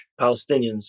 Palestinians